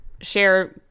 share